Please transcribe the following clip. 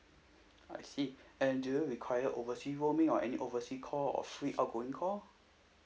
I see and do you require oversea roaming or any oversea call or free outgoing call